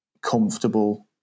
comfortable